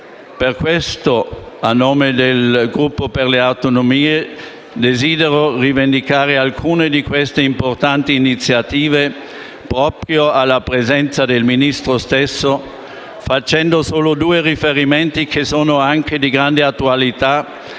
Per questo, a nome del Gruppo Per le Autonomie, desidero rivendicare alcune di queste importanti iniziative proprio alla presenza del Ministro stesso, facendo solo due riferimenti, che sono anche di grande attualità,